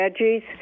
veggies